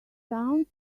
sounds